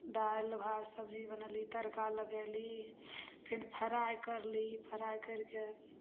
दालि भात सब्जी बनैली तरका लगैली फिन फ्राइ करली फ्राइ करि कए